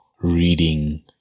reading